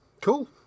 Cool